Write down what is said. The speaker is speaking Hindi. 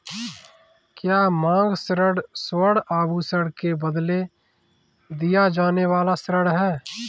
क्या मांग ऋण स्वर्ण आभूषण के बदले दिया जाने वाला ऋण है?